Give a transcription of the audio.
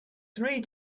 three